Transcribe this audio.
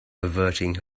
averting